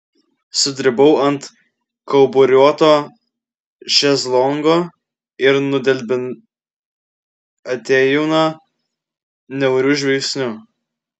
sudribau ant kauburiuoto šezlongo ir nudelbiau atėjūną niauriu žvilgsniu